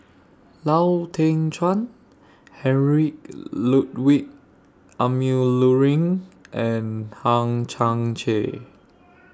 Lau Teng Chuan Heinrich Ludwig Emil Luering and Hang Chang Chieh